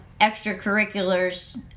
extracurriculars